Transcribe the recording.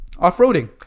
off-roading